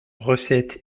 recettes